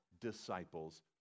disciples